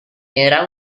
era